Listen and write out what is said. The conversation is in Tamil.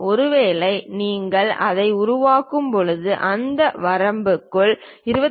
ஒருவேளை நீங்கள் இதை உருவாக்கும் போது அந்த வரம்பிற்குள் 25